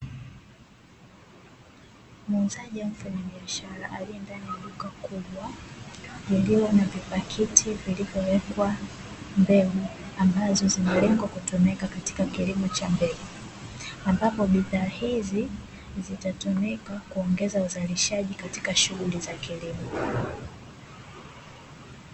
Muuzaji au mfanyabiashara aliendani ya duka kubwa, lililo na vipakiti vilivyowekwa mbegu ambazo zimelengwa kutumika katika kilimo cha mbegu. Ambapo bidhaa hizi zitatumika kuongeza uzalishaji katika shughuli za kilimo.